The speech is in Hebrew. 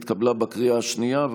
נתקבלה בקריאה השנייה.